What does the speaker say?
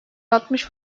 altmış